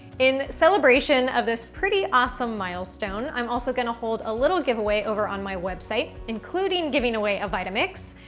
in celebration of this pretty awesome milestone i'm also gonna hold a little giveaway over on my website including giving away a vitamix.